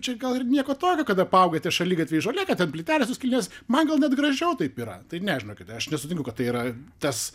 čia gal ir nieko tokio kad apaugę tie šaligatviai žole kad ten plytelės suskilinėjus man gal net gražiau taip yra tai ne žinokit aš nesutinku kad tai yra tas